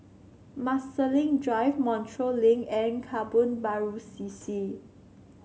Marsiling Drive Montreal Link and Kebun Baru C C